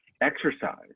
exercise